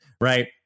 right